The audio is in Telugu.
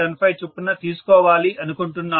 75 చొప్పున తీసుకోవాలి అనుకుంటున్నాను